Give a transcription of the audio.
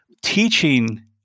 teaching